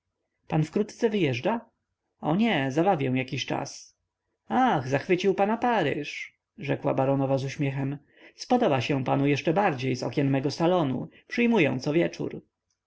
pan wkrótce wyjeżdża o nie zabawię jakiś czas ach zachwycił pana paryż rzekła baronowa z uśmiechem spodoba się panu jeszcze bardziej z okien mego salonu przyjmuję cowieczór